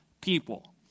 people